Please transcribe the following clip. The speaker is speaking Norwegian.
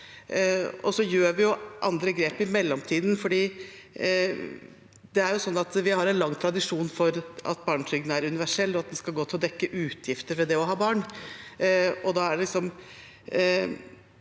Vi gjør jo andre grep i mellomtiden, for vi har lang tradisjon for at barnetrygden er universell, og at den skal gå til å dekke utgifter ved det å ha barn.